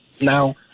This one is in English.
Now